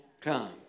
Come